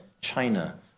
China